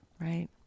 Right